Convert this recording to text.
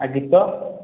ଆଉ ଗୀତ